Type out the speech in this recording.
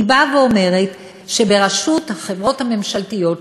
היא אומרת שברשות החברות הממשלתיות,